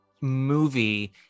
movie